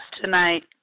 tonight